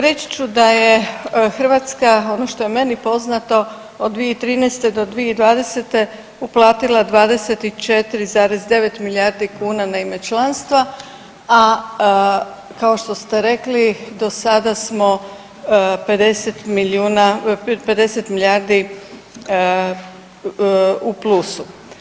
Reći ću da je Hrvatska, ono što je meni poznato od 2013. do 2020. uplatila 24,9 milijardi kuna na ime članstva, a kao što ste rekli, do sada smo 50 milijardi u plusu.